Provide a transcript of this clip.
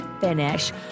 finish